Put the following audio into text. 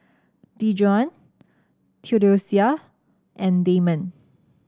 Dejuan Theodosia and Damond